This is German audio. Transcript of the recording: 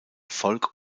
volk